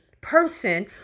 person